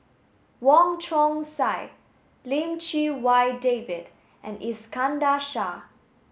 Wong Chong Sai Lim Chee Wai David and Iskandar Shah